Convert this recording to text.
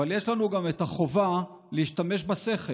אבל יש לנו גם את החובה להשתמש בשכל.